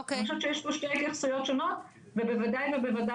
אני חושבת שיש פה שתי התייחסויות שונות ובוודאי לא